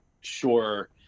Sure